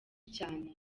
cyane